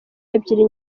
ebyiri